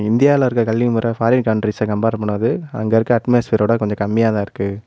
இந்தியாவில இருக்க கல்வி முறை ஃபாரின் கன்ட்ரிஸ்ஸ கம்பேர் பண்ணும்மோது அங்கே இருக்க அட்மாஸ்பியரோட கொஞ்சம் கம்மியாகதான் இருக்குது